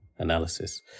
analysis